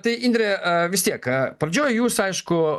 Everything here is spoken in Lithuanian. tai indre vis tiek pradžioj jūs aišku